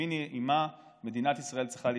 תביני עם מה מדינת ישראל צריכה להתמודד.